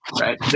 right